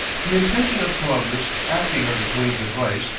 the intention of columbus, acting on the queen's advice,